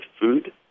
food